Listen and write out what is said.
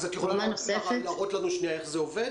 את יכולה להראות לנו איך זה עובד?